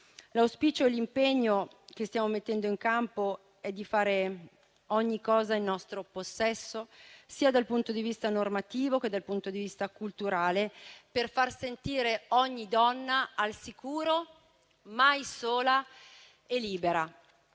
L'auspicio e l'impegno che stiamo mettendo in campo è di fare ogni cosa in nostro potere, sia dal punto di vista normativo sia dal punto di vista culturale, per far sentire ogni donna al sicuro, mai sola e libera.